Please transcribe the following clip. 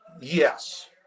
Yes